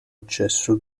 accesso